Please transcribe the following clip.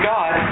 God